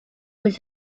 was